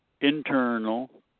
internal